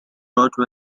wrote